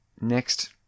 next